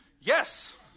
Yes